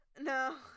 No